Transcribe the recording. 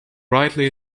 brightly